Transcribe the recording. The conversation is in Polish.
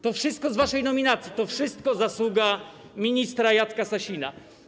To wszystko z waszej nominacji, to zasługa ministra Jacka Sasina.